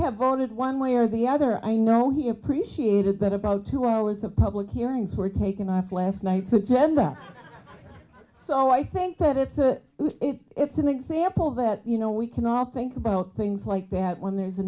have voted one way or the other i know he appreciated that about two hours of public hearings were taken off last night's agenda so i think that it's a it's an example that you know we can all think about things like that when there is a